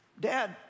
Dad